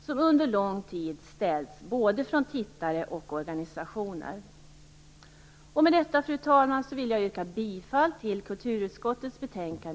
som under lång tid framförts från både tittare och organisationer. Med detta, fru talman, vill jag yrka bifall till hemställan i kulturutskottets betänkande.